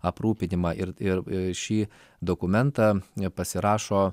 aprūpinimą ir ir šį dokumentą pasirašo